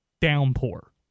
downpour